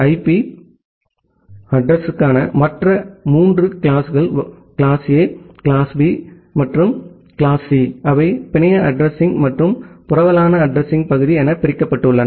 IP அட்ரஸிங்களின் மற்ற மூன்று கிளாஸ்கள் கிளாஸ் ஏ கிளாஸ் பி மற்றும் கிளாஸ் சி அவை பிணைய அட்ரஸிங்மற்றும் புரவலன் அட்ரஸிங்பகுதி என பிரிக்கப்பட்டுள்ளன